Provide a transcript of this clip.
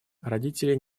родители